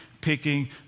picking